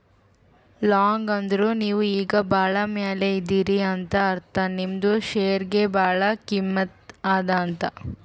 long ಅಂದುರ್ ನೀವು ಈಗ ಭಾಳ ಮ್ಯಾಲ ಇದೀರಿ ಅಂತ ಅರ್ಥ ನಿಮ್ದು ಶೇರ್ಗ ಭಾಳ ಕಿಮ್ಮತ್ ಅದಾ ಅಂತ್